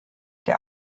der